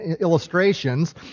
illustrations